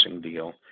deal